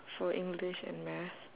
for english and math